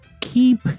keep